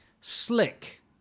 slick